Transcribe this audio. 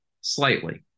slightly